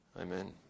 Amen